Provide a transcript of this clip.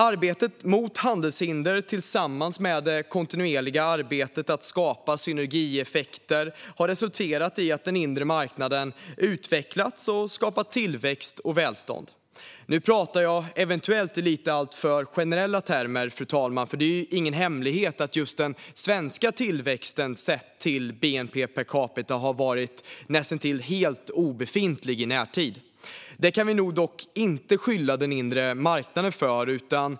Arbetet mot handelshinder tillsammans med det kontinuerliga arbetet att skapa synergieffekter har resulterat i att den inre marknaden utvecklats och skapat tillväxt och välstånd. Nu pratar jag eventuellt i lite för generella termer, fru talman. Det är ingen hemlighet att just den svenska tillväxten sett till bnp per capita har varit näst intill helt obefintlig i närtid. Det kan vi nog inte skylla på den inre marknaden.